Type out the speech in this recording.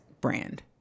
brand